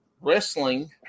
wrestling